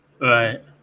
Right